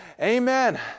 amen